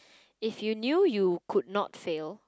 if you knew you could not fail